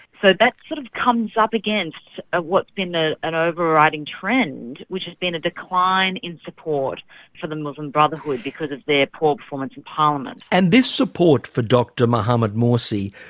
so that sort of comes up against what's been ah an overriding trend, which has been a decline in support for the muslim brotherhood because of their poor performance in parliament. and this support for dr mohammed mursi,